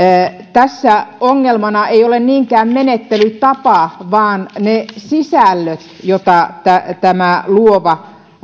tässä ongelmana ei ole niinkään menettelytapa vaan ne sisällöt joita tämä luova